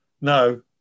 no